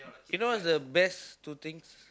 you know what's the best two things